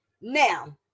Now